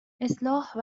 اصلاح